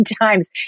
times